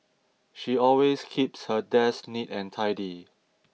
she always keeps her desk neat and tidy